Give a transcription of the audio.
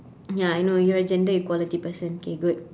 ya I know you're a gender equality person K good